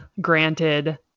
granted